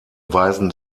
weisen